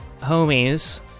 homies